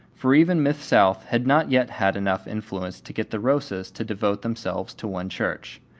for even miss south had not yet had enough influence to get the rosas to devote themselves to one church.